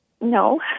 No